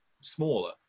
smaller